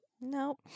Nope